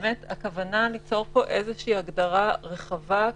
הכוונה היא ליצור פה איזו הגדרה רחבה.